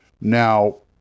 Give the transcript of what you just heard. now